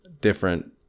different